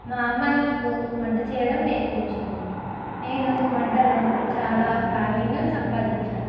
మా అమ్మ నాకు వంట చేయడం నేర్పించింది నేను వంటలో చాలా ప్రావీణ్యం సంపాదించాను